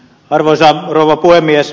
arvoisa rouva puhemies